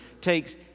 takes